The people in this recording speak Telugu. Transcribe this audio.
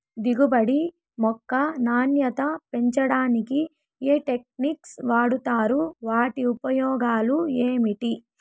దిగుబడి యొక్క నాణ్యత పెంచడానికి ఏ టెక్నిక్స్ వాడుతారు వాటి ఉపయోగాలు ఏమిటి?